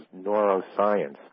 neuroscience